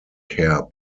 care